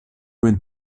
went